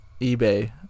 eBay